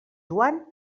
joan